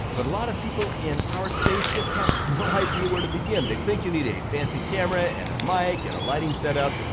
but a lot of people in our space just have no idea where to begin, they think you need a fancy camera, and a mic, and a lighting setup,